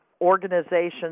organizations